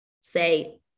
say